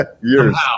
years